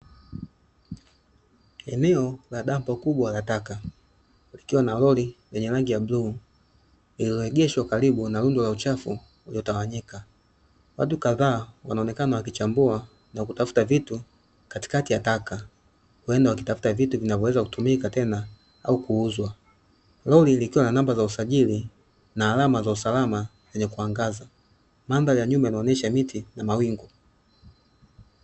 Eneo la dampo kubwa la taka likiwa na roli lenye rangi ya bluu lililoegeshwa karibu na rundo la uchafu uliotawanyika, watu kadhaa wanaonekana wakichambua na kutafuta vitu katikati ya taka huenda wakitafuta vitu vinavyoweza kutumika tena au kuuzwa . Roli likiwa na namba za usajiri na alama za usalama zenye kuangaza mandhari ya nyuma inaonyesha miti na mawingu.